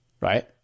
right